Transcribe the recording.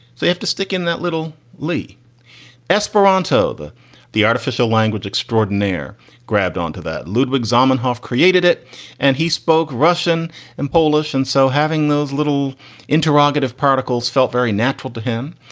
so i have to stick in that little li esperanto. the the artificial language extraordinaire grabbed onto that. ludvig zamenhof created it and he spoke russian and polish. and so having those little interrogative particles felt very natural to him.